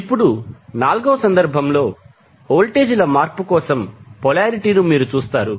ఇప్పుడు 4 వ సందర్భంలో వోల్టేజీ ల మార్పు కోసం పొలారిటీ ను మీరు చూస్తారు